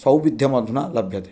सौविध्यमधुना लभ्यते